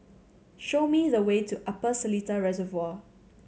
show me the way to Upper Seletar Reservoir